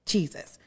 Jesus